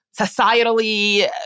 societally